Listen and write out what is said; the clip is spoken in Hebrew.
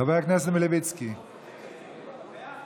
אינה נוכחת מיכאל מלכיאלי, אינו נוכח אבי מעוז,